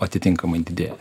atitinkamai didėja